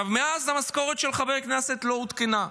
מאז המשכורת של חברי כנסת לא עודכנה.